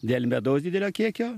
dėl medaus didelio kiekio